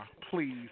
Please